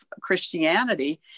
Christianity